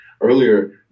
earlier